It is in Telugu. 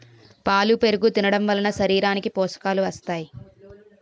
పాలు పెరుగు తినడంవలన శరీరానికి పోషకాలు వస్తాయి